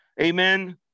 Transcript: Amen